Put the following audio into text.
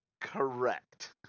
Correct